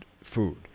food